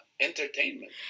entertainment